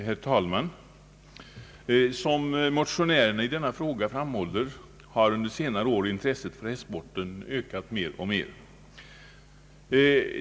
Herr talman! Som motionärerna i denna fråga framhåller har under senare år intresset för hästsporten ökat mer och mer.